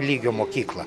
lygio mokykla